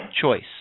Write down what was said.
choice